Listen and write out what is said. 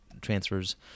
transfers